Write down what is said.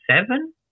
seven